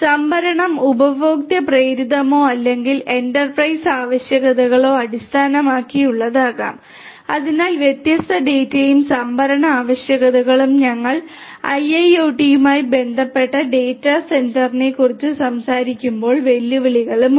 സംഭരണം ഉപഭോക്തൃ പ്രേരിതമോ അല്ലെങ്കിൽ എന്റർപ്രൈസസിന്റെ ആവശ്യകതകളോ അടിസ്ഥാനമാക്കിയുള്ളതാകാം അതിനാൽ വ്യത്യസ്ത ഡാറ്റയും സംഭരണ ആവശ്യകതകളും ഞങ്ങൾ IIoT യുമായി ഡാറ്റ സെന്ററിനെക്കുറിച്ച് സംസാരിക്കുമ്പോൾ വെല്ലുവിളികളും ഉണ്ട്